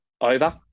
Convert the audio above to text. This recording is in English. over